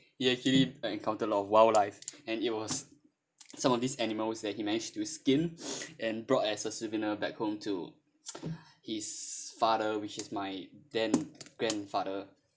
he actually encountered a lot of wildlife and it was some of these animals that he managed to skin and brought as a souvenir back home to his father which is my grand~ grandfather